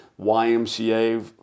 YMCA